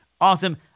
Awesome